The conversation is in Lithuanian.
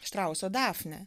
štrauso dafne